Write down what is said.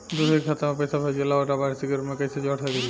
दूसरे के खाता में पइसा भेजेला और लभार्थी के रूप में कइसे जोड़ सकिले?